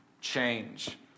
change